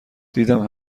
دیدم